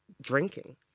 drinking